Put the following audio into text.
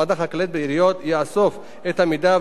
יאסוף את המידע ויקבל את ההחלטות בתוך שלושה